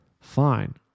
fine